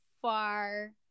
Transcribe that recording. far